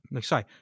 Sorry